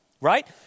right